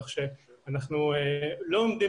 כך שעל סמך הדברים